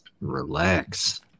relax